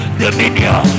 dominion